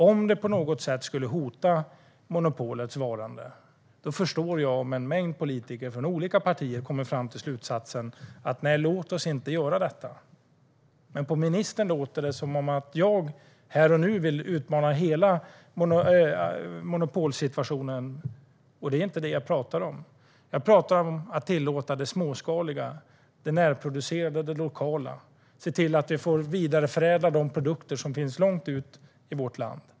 Om det på något sätt skulle hota monopolets varande förstår jag om en mängd politiker från olika partier kommer fram till slutsatsen: Låt oss inte göra detta. Men på ministern låter det som att jag här och nu vill utmana hela monopolsituationen. Det är inte det jag talar om. Jag talar om att tillåta det småskaliga, det närproducerade och det lokala. Jag talar om att se till att vi får vidareförädla de produkter som finns långt ute i vårt land.